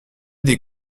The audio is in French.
des